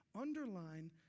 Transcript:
underline